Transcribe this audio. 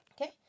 Okay